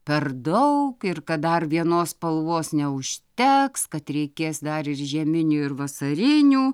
per daug ir kad dar vienos spalvos neužteks kad reikės dar ir žieminių ir vasarinių